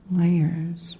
layers